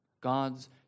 God's